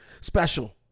special